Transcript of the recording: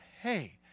hey